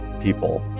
people